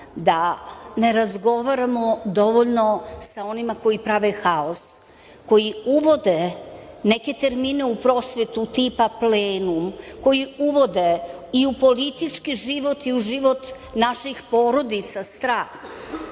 da ne razgovaramo dovoljno sa onima koji prave haos, koji uvode neke termine u prosvetu, tipa „plenum“, koji uvode i u politički život i u život naših porodica strah,